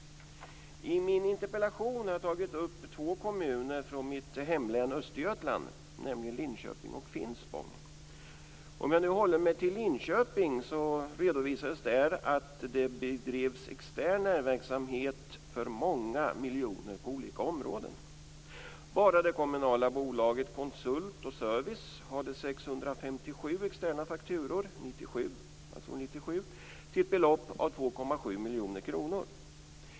I min interpellation har jag tagit upp två kommuner från mitt hemlän Östergötland, nämligen Linköping och Finspång. Om jag nu håller mig till Linköping visar redovisningen att det där bedrevs extern näringsverksamhet för många miljoner på olika områden. Bara det kommunala bolaget Konsult & Service hade 657 externa fakturor år 1997 till ett belopp av 2,7 miljoner kronor.